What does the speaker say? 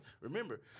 remember